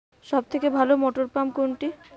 সবথেকে ভালো মটরপাম্প কোনটি?